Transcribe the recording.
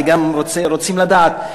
וגם רוצים לדעת,